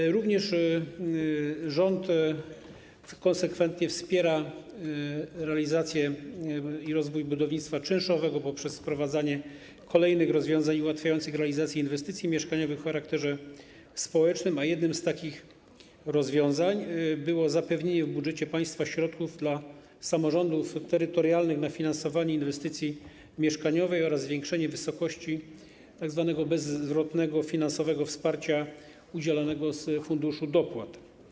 Rząd również konsekwentnie wspiera realizację i rozwój budownictwa czynszowego poprzez wprowadzanie kolejnych rozwiązań ułatwiających realizację inwestycji mieszkaniowych o charakterze społecznym, a jednym z takich rozwiązań było zapewnienie w budżecie państwa środków dla samorządów terytorialnych na finansowanie inwestycji mieszkaniowej oraz zwiększenie wysokości tzw. bezzwrotnego finansowego wsparcia udzielonego z Funduszu Dopłat.